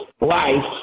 life